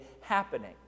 happening